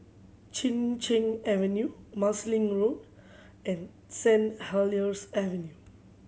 Chin Cheng Avenue Marsiling Road and Saint Helier's Avenue